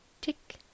Tick